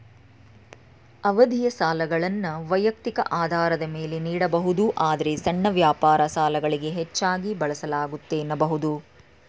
ಅವಧಿಯ ಸಾಲಗಳನ್ನ ವೈಯಕ್ತಿಕ ಆಧಾರದ ಮೇಲೆ ನೀಡಬಹುದು ಆದ್ರೆ ಸಣ್ಣ ವ್ಯಾಪಾರ ಸಾಲಗಳಿಗೆ ಹೆಚ್ಚಾಗಿ ಬಳಸಲಾಗುತ್ತೆ ಎನ್ನಬಹುದು